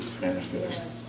manifest